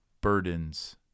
burdens